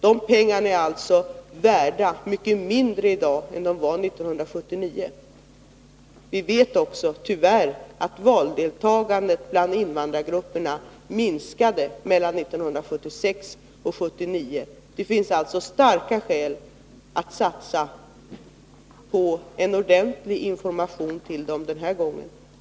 5 milj.kr. i dag är alltså värt mycket mindre än år 1979. Vi känner också till, tyvärr, att valdeltagandet bland invandrargrupperna minskade år 1979 jämfört med år 1976. Det finns alltså starka skäl att satsa på en ordentlig information till dem den här gången.